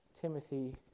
Timothy